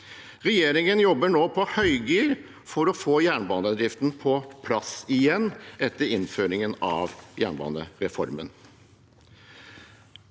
Regjeringen jobber nå på høygir for å få jernbanedriften på plass igjen etter innføringen av jernbanereformen.